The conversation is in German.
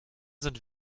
sind